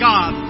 God